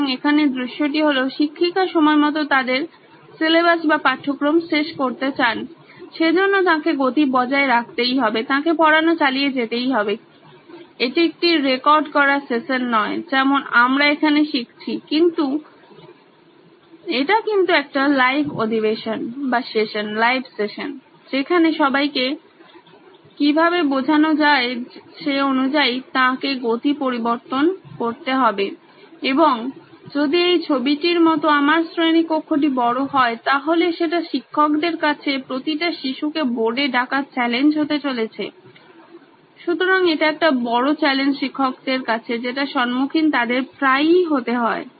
সুতরাং এখানে দৃশ্যটি হলো শিক্ষিকা সময়মতো তাদের সিলেবাস শেষ করতে চান সেজন্য তাঁকে গতি বজায় রাখতে হবে তাঁকে পড়ানো চালিয়ে যেতে হবে এটি একটি রেকর্ড করা সেশন্ নয় যেমন আমরা এখানে শিখছি এটি কিন্তু একটি লাইভ অধিবেশন যেখানে কিভাবে সবাইকে বোঝানো যায় সে অনুযায়ী তাঁকে গতি পরিবর্তন করতে হবে এবং যদি এই ছবিটির মত আমার শ্রেণীকক্ষ টি বড় হয় তাহলে সেটা শিক্ষকদের কাছে প্রতিটা শিশুকে বোর্ডে ডাকা চ্যালেঞ্জ হতে চলেছে সুতরাং এটা একটা বড় চ্যালেঞ্জ শিক্ষকদের কাছে যেটার সম্মুখীন তাদের প্রায়ই হতে হয়